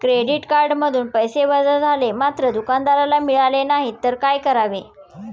Credit कार्डमधून पैसे वजा झाले मात्र दुकानदाराला मिळाले नाहीत तर काय करावे?